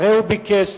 הרי הוא ביקש סליחה,